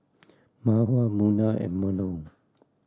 Mawar Munah and Melur